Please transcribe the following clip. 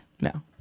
No